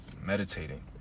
meditating